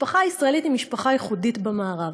משפחה ישראלית היא משפחה ייחודית במערב.